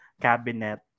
cabinet